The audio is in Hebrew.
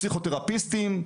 פסיכותרפיסטים.